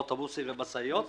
אוטובוסים ומשאיות,